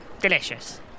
Delicious